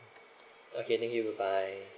okay thank you bye bye